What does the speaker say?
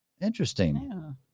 Interesting